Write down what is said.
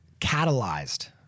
catalyzed